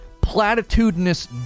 platitudinous